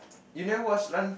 you never watch run